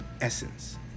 essence